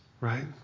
right